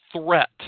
threat